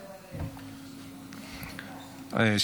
נוכחת.